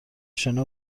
شنا